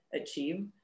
achieve